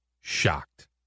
shocked